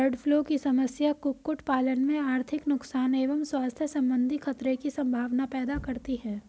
bird flu की समस्या कुक्कुट पालन में आर्थिक नुकसान एवं स्वास्थ्य सम्बन्धी खतरे की सम्भावना पैदा करती है